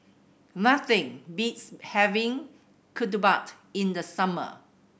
nothing beats having ketupat in the summer